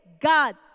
God